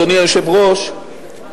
אדוני היושב-ראש,